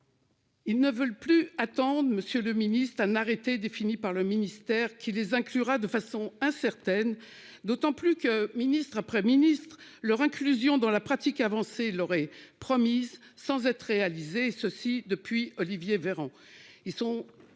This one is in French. Ils ne veulent plus attendre. Monsieur le Ministre, un arrêté défini par le ministère qui les inclura de façon incertaine d'autant plus que ministre après ministre leur inclusion dans la pratique avancée l'promise sans être réalisés et ceci depuis Olivier Véran.